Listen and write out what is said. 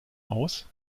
aus